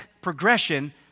progression